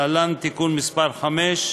להלן: תיקון מס' 5,